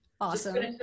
awesome